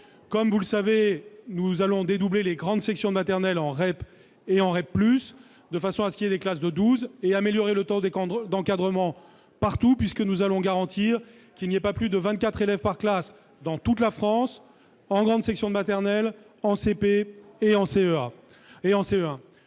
Comme vous le savez, nous allons dédoubler les grandes sections de maternelle en REP et en REP+, de façon à ce qu'il y ait des classes de douze élèves, et améliorer le temps d'encadrement partout, en garantissant un maximum de vingt-quatre élèves par classe dans toute la France en grande section de maternelle, en CP et en CE1.